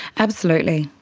absolutely.